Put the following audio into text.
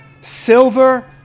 silver